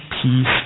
peace